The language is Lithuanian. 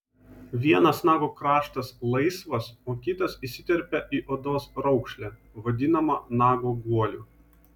vienas nago kraštas laisvas o kitas įsiterpia į odos raukšlę vadinamą nago guoliu